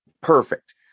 perfect